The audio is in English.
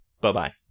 Bye-bye